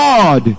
God